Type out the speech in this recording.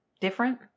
Different